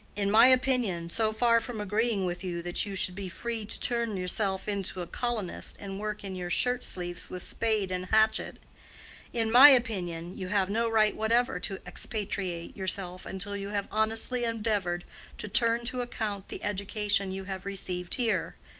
in my opinion, so far from agreeing with you that you should be free to turn yourself into a colonist and work in your shirt-sleeves with spade and hatchet in my opinion you have no right whatever to expatriate yourself until you have honestly endeavored to turn to account the education you have received here.